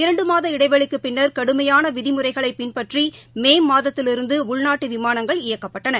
இரண்டுமாத இடைவெளிக்குப் பின்னர் கடுமையான விதிமுறைகளை பின்பற்றி மே மாதத்திலிருந்து உள்நாட்டு விமானங்கள் இயக்கப்பட்டன